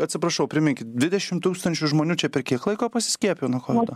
atsiprašau priminkit dvidešim tūkstančių žmonių čia per kiek laiko pasiskiepijo nuo kovido